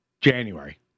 January